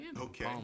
Okay